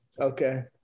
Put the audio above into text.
Okay